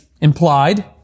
implied